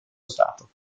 stato